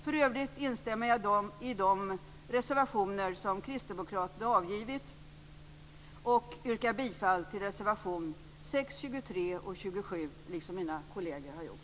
För övrigt instämmer jag i de reservationer som kristdemokraterna avgivit och yrkar bifall till reservationerna 6, 23 och 27 liksom mina kolleger har gjort.